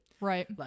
Right